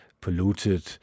polluted